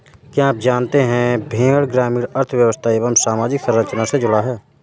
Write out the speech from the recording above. क्या आप जानते है भेड़ ग्रामीण अर्थव्यस्था एवं सामाजिक संरचना से जुड़ा है?